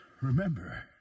remember